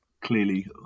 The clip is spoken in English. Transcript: clearly